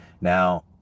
Now